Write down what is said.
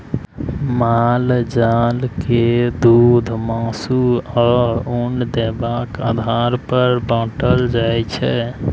माल जाल के दुध, मासु, आ उन देबाक आधार पर बाँटल जाइ छै